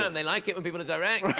and they like it when people are direct.